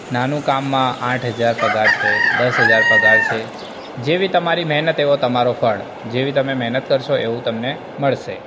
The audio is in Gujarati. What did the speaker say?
નાનું કામમાં આઠ હજાર પગાર છે દસ હજાર પગાર છે જેવી તમારી મહેનત એવો તમારો ફળ જેવી તમે મહેનત કરશો એવું તમને મળશે